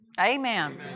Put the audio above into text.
Amen